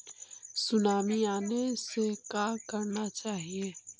Tsunami आने से का करना चाहिए?